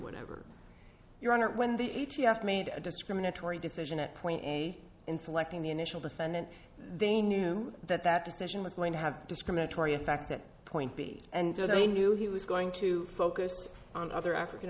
whatever your honor when the a t f made a discriminatory decision at point a in selecting the initial defendant they knew that that decision was going to have discriminatory effect that point b and so they knew he was going to focus on other african